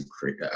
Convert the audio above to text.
create